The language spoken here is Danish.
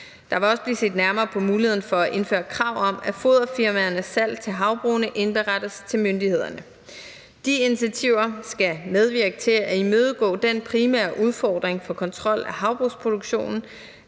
Der vil også blive set nærmere på muligheden for at indføre krav om, at foderfirmaernes salg til havbrugene indberettes til myndighederne. De initiativer skal medvirke til at imødegå den primære udfordring for kontrol af havbrugsproduktionen,